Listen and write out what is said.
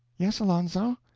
yes, alonzo?